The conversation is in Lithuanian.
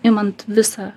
imant visą